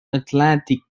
atlantic